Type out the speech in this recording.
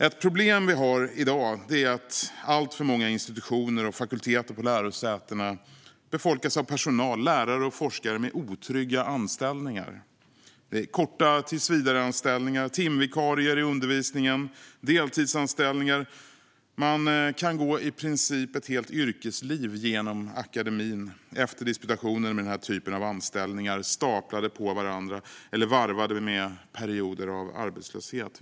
Ett problem vi har i dag är att alltför många institutioner och fakulteter på lärosäten befolkas av personal, lärare och forskare, med otrygga anställningar. Det är korta tillsvidareanställningar, timvikarier i undervisningen och deltidsanställningar. Man kan gå i princip ett helt yrkesliv genom akademin, efter disputationen, med den här typen av anställningar staplade på varandra eller varvade med perioder av arbetslöshet.